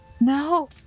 No